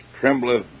trembleth